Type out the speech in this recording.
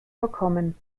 verkommen